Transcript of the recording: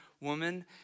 woman